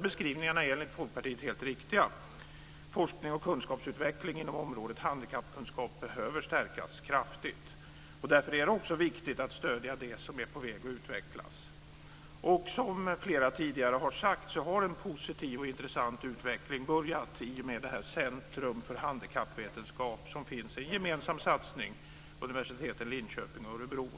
Beskrivningen är enligt Folkpartiet helt riktig. Forskning och kunskapsutveckling inom området handikappkunskap behöver stärkas kraftigt. Därför är det också viktigt att stödja det som är på väg att utvecklas. Som flera tidigare sagt har en positiv och intressant utveckling börjat i och med Centrum för handikappvetenskap som är en gemensam satsning vid universiteten i Linköping och Örebro.